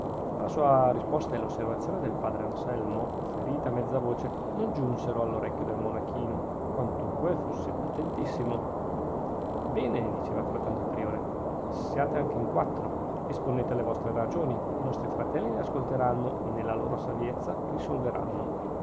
ma la sua risposta e l'osservazione del padre anselmo profferite a mezza voce non giunsero all'orecchio del monachino quantunque fosse attentissimo bene diceva frattanto il priore siate anche quattro esponete le vostre ragioni i nostri fratelli le ascolteranno e nella loro saviezza risolveranno